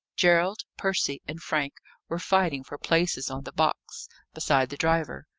gerald, percy, and frank were fighting for places on the box beside the driver,